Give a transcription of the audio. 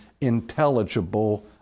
intelligible